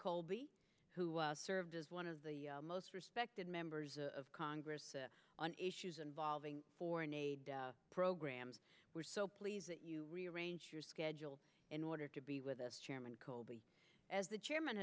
colby who served as one of the most respected members of congress on issues involving foreign aid programs were so pleased that you rearranged your schedule in order to be with us chairman colby as the chairman